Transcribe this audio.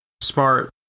Smart